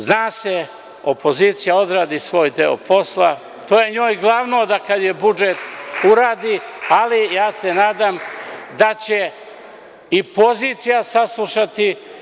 Zna se, opozicija odradi svoj deo posla, to je njoj glavno da kada je budžet, uradi, ali ja se nadam da će i pozicija saslušati.